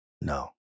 No